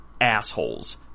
assholes